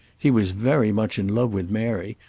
he was very much in love with mary,